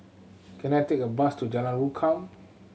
can I take a bus to Jalan Rukam